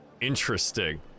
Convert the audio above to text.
Interesting